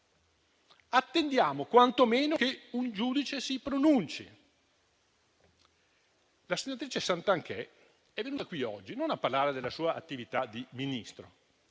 Attendiamo quanto meno che un giudice si pronunci. La senatrice Santanchè è venuta qui oggi non a parlare della sua attività di Ministro,